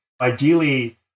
Ideally